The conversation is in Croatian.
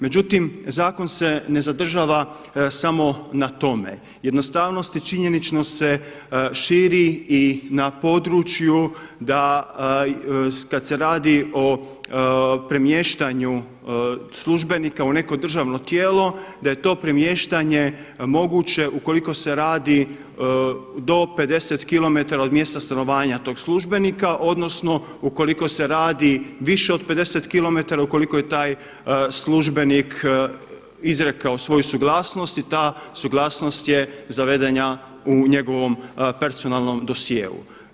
Međutim, zakon se ne zadržava samo na tome, jednostavnost i činjenično se širi i na području da kada se radi premještanju službenika u neko državno tijelo da je to premještanje moguće ukoliko se radi do 50km od mjesta stanovanja tog službenika odnosno ukoliko se radi više od 50km ukoliko je taj službenik izrekao svoju suglasnost i ta suglasnost je zavedena u njegovom personalnom dosjeu.